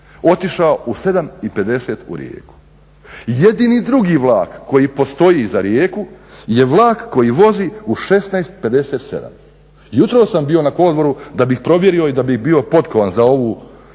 otišao u 7,50 u Rijeku. Jedini drugi vlak koji postoji za Rijeku je vlak koji vozi u 16,57. Jutros sam bio na kolodvoru da bi provjerio i da bi bio potkovan za ovu